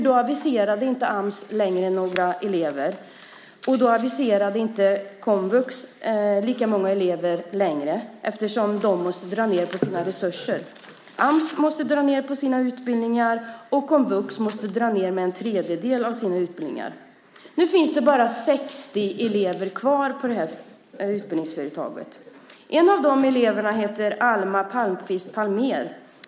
Då aviserade Ams inte längre några elever. Då aviserade inte heller komvux lika många elever längre eftersom man måste dra ned på sina resurser. Ams måste dra ned på sina utbildningar, och komvux måste dra ned på sina med en tredjedel. Nu finns det bara 60 elever kvar på utbildningsföretaget. En av dem heter Alma Palmqvist Palmér.